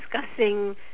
discussing